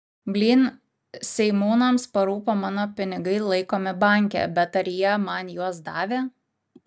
blyn seimūnams parūpo mano pinigai laikomi banke bet ar jie man juos davė